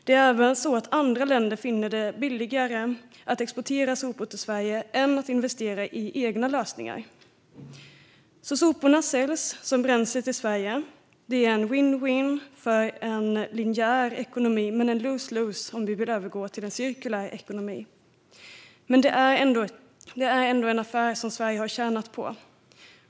Det är även så att andra länder finner det billigare att exportera sopor till Sverige än att investera i egna lösningar. Soporna säljs som bränsle till Sverige. Det är win-win för en linjär ekonomi men lose-lose om vi vill övergå till en cirkulär ekonomi. Men det är ändå en affär som Sverige har tjänat på.